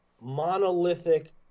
monolithic